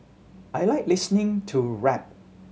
I like listening to rap